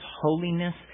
holiness